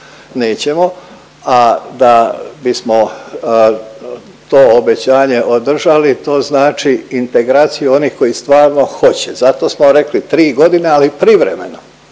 nećemo, a da bismo to obećanje održali to znači integraciju onih koji stvarno hoće. Zato smo rekli 3 godine ali privremeno.